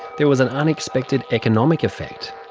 there was an unexpected economic effect.